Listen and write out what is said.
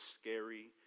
scary